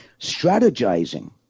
strategizing